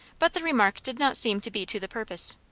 but the remark did not seem to be to the purpose.